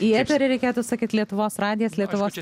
į eterį reikėtų sakyt lietuvos radijas lietuvos